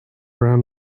brown